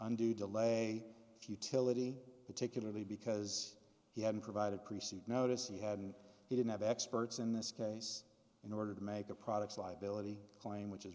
undue delay futility particularly because he hadn't provided creasy notice he hadn't he didn't have experts in this case in order to make the products liability claim which is